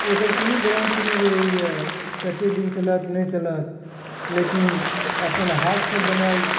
ओकर कोनो गारंटी नहि रहैए कतेक दिन चलत नहि चलत लेकिन अपन हाथसँ बनल